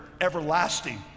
everlasting